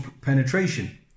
penetration